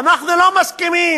אנחנו לא מסכימים.